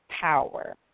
power